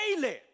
daily